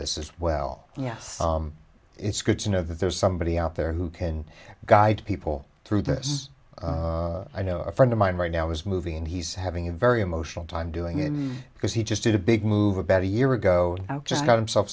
this as well yes it's good to know that there's somebody out there who can guide people through this i know a friend of mine right now is moving and he's having a very emotional time doing it because he just did a big move about a year ago just got himself